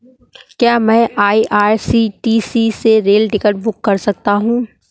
क्या मैं आई.आर.सी.टी.सी से रेल टिकट बुक कर सकता हूँ?